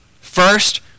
first